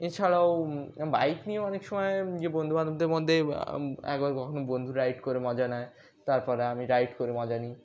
এছাড়াও বাইক নিয়ে অনেক সময় যে বন্ধুবান্ধবদের মধ্যে একবার কখনও বন্ধুরা রাইড করে মজা নেয় তারপরে আমি রাইড করে মজা নিই